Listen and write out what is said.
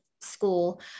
school